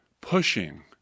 pushing